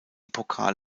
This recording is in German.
pokal